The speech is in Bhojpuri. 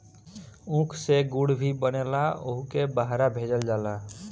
ऊख से गुड़ भी बनेला ओहुके बहरा भेजल जाला